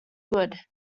good